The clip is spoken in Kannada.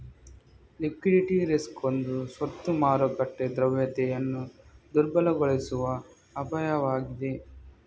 ಲಿಕ್ವಿಡಿಟಿ ರಿಸ್ಕ್ ಒಂದು ಸ್ವತ್ತು ಮಾರುಕಟ್ಟೆ ದ್ರವ್ಯತೆಯನ್ನು ದುರ್ಬಲಗೊಳಿಸುವ ಅಪಾಯವಾಗಿದೆ